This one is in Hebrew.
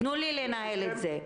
תנו לי לנהל את זה.